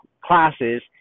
classes